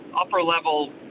upper-level